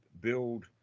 build